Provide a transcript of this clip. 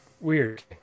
Weird